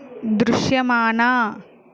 దృశ్యమాన